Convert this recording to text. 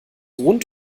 rund